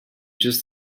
just